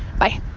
bye